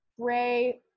gray